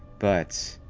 but,